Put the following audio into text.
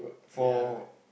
ya